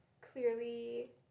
clearly